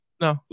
No